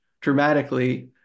dramatically